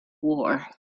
war